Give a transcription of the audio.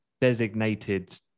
designated